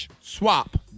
Swap